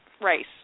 race